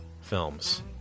films